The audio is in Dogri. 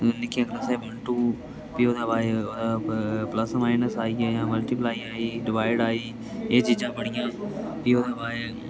निक्कियां क्लासां बन टू फ्ही ओह्दे बाद च प्लस माइनस आई गे मलटीप्लाई आई डिवाइड आई एह् चीजां पढि़यां फ्ही ओह्दे बाद च